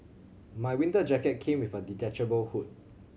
my winter jacket came with a detachable hood